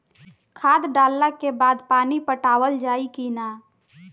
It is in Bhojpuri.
खाद डलला के बाद पानी पाटावाल जाई कि न?